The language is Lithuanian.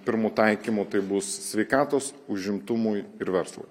pirmu taikymu tai bus sveikatos užimtumui ir verslui